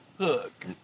hook